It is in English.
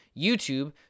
youtube